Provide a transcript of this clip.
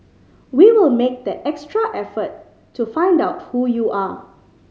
we will make that extra effort to find out who you are